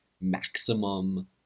maximum